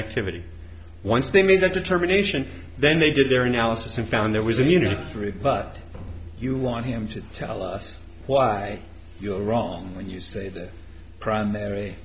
activity once they made that determination then they did their analysis and found there was immunity through but you want him to tell us why you are wrong when you say the primary